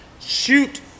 Shoot